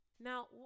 Now